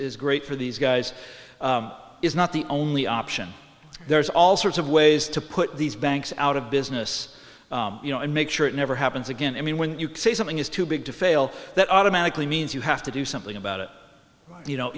great for these guys is not the only option there's all sorts of ways to put these banks out of business you know and make sure it never happens again i mean when you say something is too big to fail that automatically means you have to do something about it you